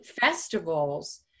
festivals